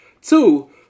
two